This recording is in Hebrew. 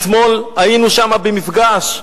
אתמול היינו שם במפגש,